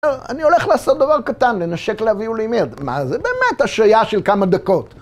אני הולך לעשות דבר קטן, לנשק לאבי ולאמי. מה, זה באמת השהייה של כמה דקות.